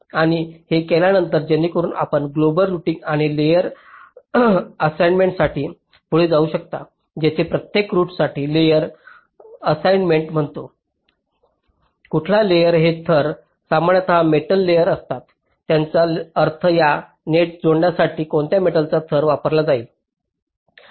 आणि हे केल्यावर जेणेकरून आपण ग्लोबल रूटिंग आणि लेयर असाइनमेंटसाठी पुढे जाऊ शकता जिथे प्रत्येक रूटसाठी लेयर असाईनमेंट म्हणतो कुठला लेयर हे थर सामान्यत मेटल लेयर असतात ज्याचा अर्थ या नेट जोडण्यासाठी कोणत्या मेटलचा थर वापरला जाईल